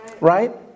right